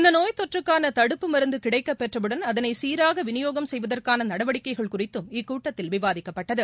இந்த நோய்த் தொற்றுக்கான தடுப்பு மருந்து கிடைக்கப் பெற்றவுடன் அதனை சீராக விநியோகம் செய்வதற்கான நடவடிக்கைகள் குறித்தும் இக்கூட்டத்தில் விவாதிக்கப்பட்டது